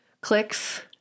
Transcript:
clicks